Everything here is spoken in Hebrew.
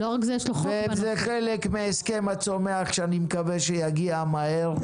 וזה חלק מההסכם הצומח שאני מקווה שיגיע מהר.